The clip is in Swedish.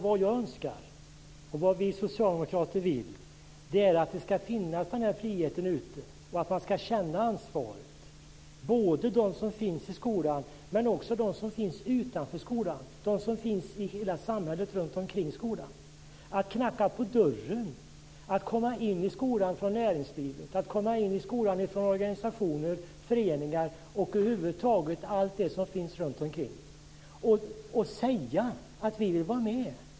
Det jag önskar och det vi socialdemokrater vill är att den här friheten ska finnas och att man ska känna ansvaret, både de som finns i skolan och de som finns utanför skolan, de som finns i hela samhället runt omkring skolan. De får knacka på dörren och komma in i skolan. Näringslivet, organisationer, föreningar och över huvud taget allt det som finns runt omkring får komma in i skolan och säga: Vi vill vara med.